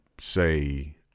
say